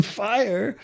fire